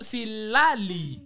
Silali